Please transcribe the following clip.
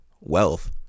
wealth